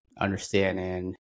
understanding